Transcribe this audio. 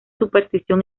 superstición